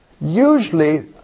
usually